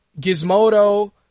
Gizmodo